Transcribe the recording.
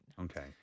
Okay